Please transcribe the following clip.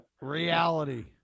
Reality